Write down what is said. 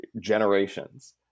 generations